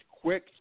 quick